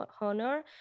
honor